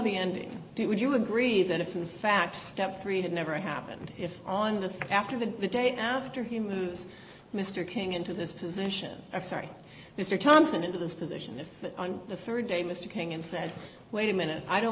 the ending would you agree that if in fact step three had never happened if on the after the day after he moves mr king into this position of sorry mr thompson into this position if on the rd day mr king and said wait a minute i don't